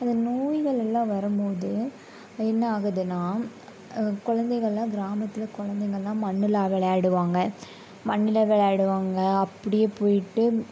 அந்த நோய்களெல்லாம் வரும்போது என்ன ஆகுதுன்னால் குழந்தைகள்லாம் கிராமத்தில் குழந்தைங்கள்லாம் மண்ணில் விளையாடுவாங்க மண்ணில் விளையாடுவாங்க அப்படியே போயிட்டு